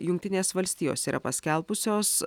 jungtinės valstijos yra paskelbusios